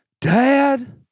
Dad